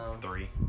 Three